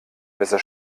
besser